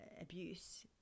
abuse